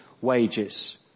wages